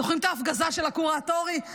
זוכרים את ההפגזה של הכור האטומי?